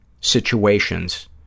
situations